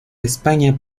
españa